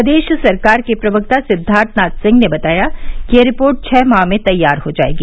प्रदेश सरकार के प्रवक्ता सिद्वार्थनाथ सिंह ने बताया कि यह रिपोर्ट छह माह में तैयार हो जाएगी